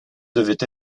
devait